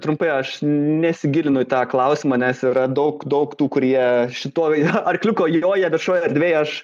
trumpai aš nesigilinau į tą klausimą nes yra daug daug tų kurie šitoj arkliuko joja viešoj erdvėj aš